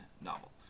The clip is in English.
novel